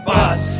Bus